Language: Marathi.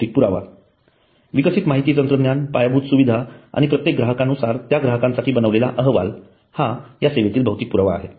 भौतिक पुरावा विकसित माहिती तंत्रज्ञान पायाभूत सुविधा आणि प्रत्येक ग्राहकानुसार त्या ग्राहकांसाठी बनविलेला अहवाल हा या सेवेतील भौतिक पुरावा आहे